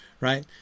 right